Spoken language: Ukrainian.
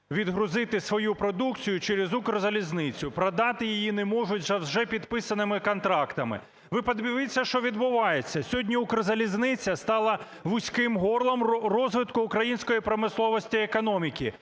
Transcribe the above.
відгрузити свою продукцію через "Укрзалізницю". Продати її не можуть за вже підписаними контрактами. Ви подивіться, що відбувається, сьогодні "Укрзалізниця" стала вузьким горлом розвитку української промисловості і економіки,